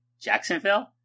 Jacksonville